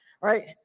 right